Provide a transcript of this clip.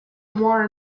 more